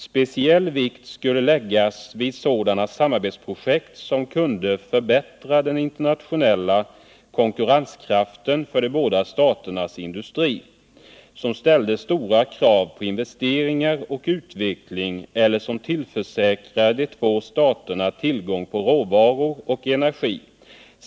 Speciell vikt skulle läggas vid sådana samarbetsprojekt som kunde förbättra den internationella konkurrenskraften för de båda staternas industri, som ställde stora krav på investeringar och utveckling eller som tillförsäkrade de två staterna tillgång på råvaror och energi.